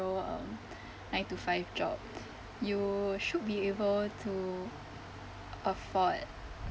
um nine to five job you should be able to afford